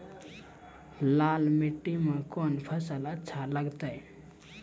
लाल मिट्टी मे कोंन फसल अच्छा लगते?